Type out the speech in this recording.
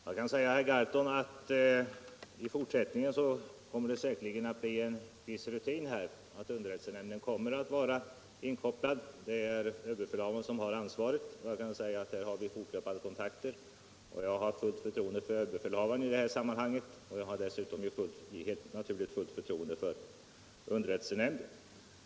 Herr talman! Jag kan säga herr Gahrton att i fortsättningen kommer det säkerligen utt bli rutin att underrättelsenämnden är inkopplad. Det är Överbefälhavaren som har ansvaret; vi har fortlöpande kontakter. och jag har fullt förtroende för honom i det här sammanhanget och, helt naturligt, också för underrättelsenämnden.